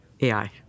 AI